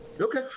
okay